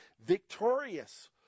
victorious